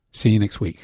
see you next week